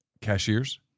Cashiers